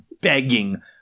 begging